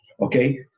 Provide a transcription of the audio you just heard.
okay